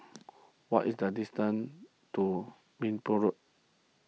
what is the distance to Minbu Road